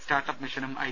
startup മിഷനും I